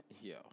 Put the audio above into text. Yo